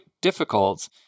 difficult